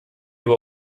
über